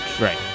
Right